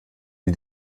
die